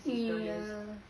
um ya